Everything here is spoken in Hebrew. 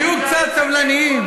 תהיו קצת סבלנים.